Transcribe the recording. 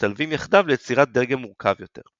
המשתלבים יחדיו ליצירת דגם מורכב יותר.